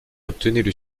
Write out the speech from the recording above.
obtenaient